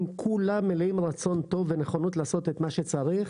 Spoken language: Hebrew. כולם מלאים רצון טוב ונכונות לעשות את מה שצריך,